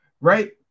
Right